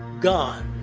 gone!